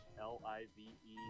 L-I-V-E